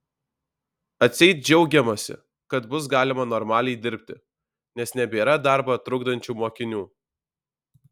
atseit džiaugiamasi kad bus galima normaliai dirbti nes nebėra darbą trukdančių mokinių